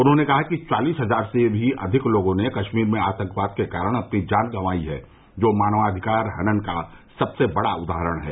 उन्होंने कहा कि चालीस हजार से भी अधिक लोगों ने कश्मीर में आतंकवाद के कारण अपनी जान गंवाई हैं जो मानवाधिकार हनन का सबसे बड़ा उदाहरण है